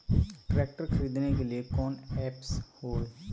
Tractor खरीदने के लिए कौन ऐप्स हाय?